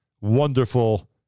wonderful